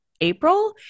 April